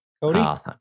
Cody